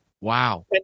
Wow